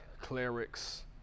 clerics